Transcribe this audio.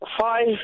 five